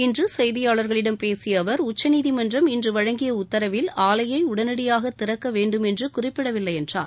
இன்று செய்தியாளர்களிடம் பேசிய அவர் உச்சநீதிமன்றம் இன்று வழங்கிய உத்தரவில் ஆலையை உடனடியாக திறக்க வேண்டும் என்று குறிப்பிடவில்லை என்றார்